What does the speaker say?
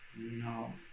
No